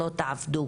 לא תעבדו